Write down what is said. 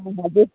অঁ হ'ব